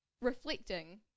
reflecting